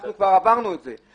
אנחנו כבר עברנו את זה.